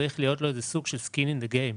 צריך להיות לו סוג של skin in the game,